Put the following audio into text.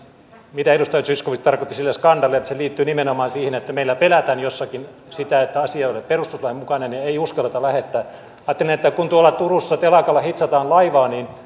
mitä edustaja zyskowicz tarkoitti sillä skandaalilla se liittyy nimenomaan siihen että meillä pelätään jossakin sitä että asia ei ole perustuslain mukainen ja ei uskalleta lähettää ajattelin että kun tuolla turussa telakalla hitsataan laivaa niin